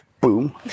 Boom